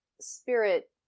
spirit